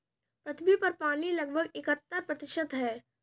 पृथ्वी पर पानी लगभग इकहत्तर प्रतिशत है